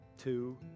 two